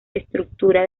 estructura